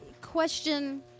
question